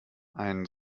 ein